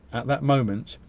at that moment,